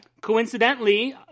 Coincidentally